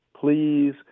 please